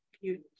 future